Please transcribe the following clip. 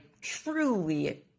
truly